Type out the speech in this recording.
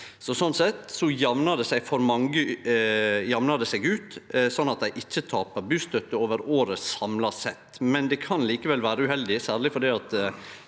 Sånn sett jamnar det seg ut, så dei ikkje tapar bustøtte over året samla sett. Det kan likevel vere uheldig, særleg fordi